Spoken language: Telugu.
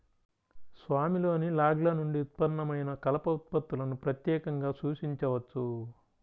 స్వామిలోని లాగ్ల నుండి ఉత్పన్నమైన కలప ఉత్పత్తులను ప్రత్యేకంగా సూచించవచ్చు